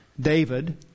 David